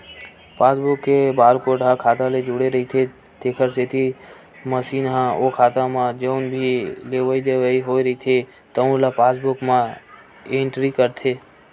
passbook के barcode ह खाता ले जुड़े रहिथे तेखर सेती मसीन ह ओ खाता म जउन भी लेवइ देवइ होए रहिथे तउन ल पासबूक म एंटरी करथे